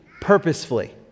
purposefully